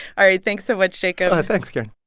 all right, thanks so ah jacob ah thanks, karen